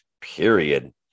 period